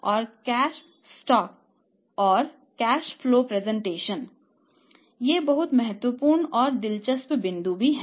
वे बहुत महत्वपूर्ण और दिलचस्प बिंदु भी हैं